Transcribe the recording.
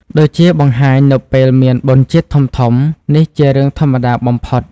ដូចជាបង្ហាញនៅពេលមានបុណ្យជាតិធំៗ នេះជារឿងធម្មតាបំផុត។